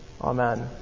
Amen